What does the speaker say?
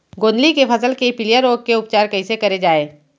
गोंदली के फसल के पिलिया रोग के उपचार कइसे करे जाये?